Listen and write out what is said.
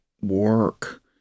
work